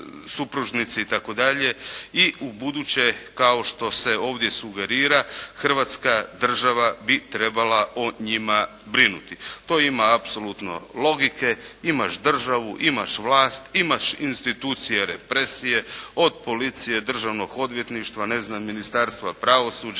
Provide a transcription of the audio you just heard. I u buduće kao što se ovdje sugerira Hrvatska država bi trebala o njima brinuti. To ima apsolutno logike, imaš državu, imaš vlast, imaš institucije represije od policije, državnog odvjetništva, ne znam Ministarstva pravosuđa,